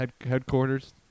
Headquarters